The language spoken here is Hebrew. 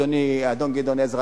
אדון גדעון עזרא.